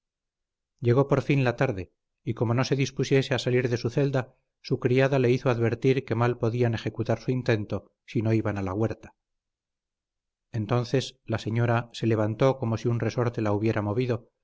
llegó por fin la tarde y como no se dispusiese a salir de la celda su criada le hizo advertir que mal podían ejecutar su intento si no iban a la huerta entonces la señora se levantó como si un resorte la hubiera movido